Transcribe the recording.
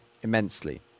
immensely